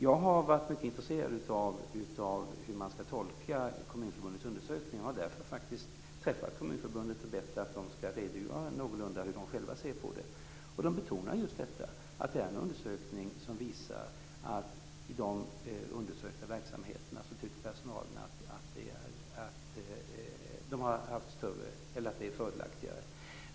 Jag har varit mycket intresserad av hur man skall tolka Kommunalarbetareförbundets undersökning och har därför faktiskt träffat Kommunalarbetareförbundet och bett om en redogörelse för hur de själva ser på detta. De betonar just att undersökningen visar att personalen i undersökta verksamheter tycker att det är fördelaktigare.